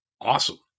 awesome